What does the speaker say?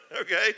okay